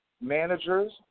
managers